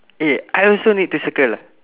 eh I also need to circle ah